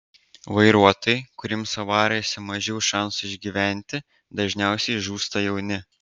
vairuotojai kuriems avarijose mažiau šansų išgyventi dažniausiai žūsta jauni